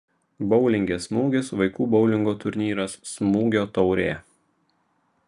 boulinge smūgis vaikų boulingo turnyras smūgio taurė